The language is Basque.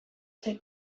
zen